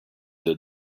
the